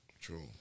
True